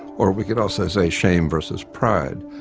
or we could also say shame versus pride,